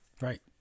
Right